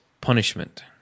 punishment